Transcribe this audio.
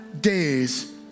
days